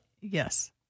Yes